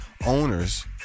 Owners